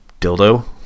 dildo